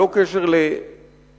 בלא קשר לדתו,